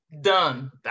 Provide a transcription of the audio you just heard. done